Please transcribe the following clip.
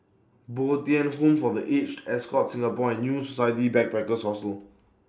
Bo Tien Home For The Aged Ascott Singapore and New Society Backpackers' Hotel